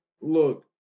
look